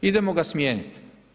Idemo ga smijeniti.